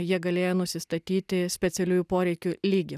jie galėjo nusistatyti specialiųjų poreikių lygį